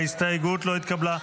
ההסתייגות לא התקבלה.